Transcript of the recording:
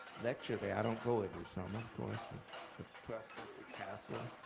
lecture there. i don't go every summer, of course. it's a twelfth century castle.